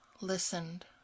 listened